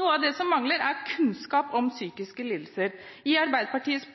Noe av det som mangler, er kunnskap om psykiske lidelser. I Arbeiderpartiets